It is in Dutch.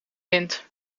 wind